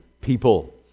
people